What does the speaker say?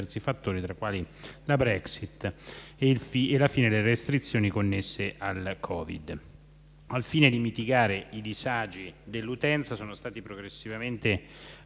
fattori, tra i quali la Brexit e la fine delle restrizioni connesse al Covid. Al fine di mitigare i disagi dell'utenza, sono stati progressivamente